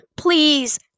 Please